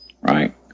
Right